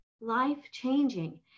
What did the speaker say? Life-changing